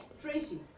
Tracy